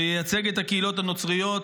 שייצג את הקהילות הנוצריות,